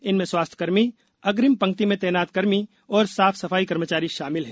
इनमें स्वास्थ्यकर्मी अग्रिम पंक्ति में तैनात कर्मी और साफ सफाई कर्मचारी शामिल हैं